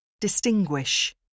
Distinguish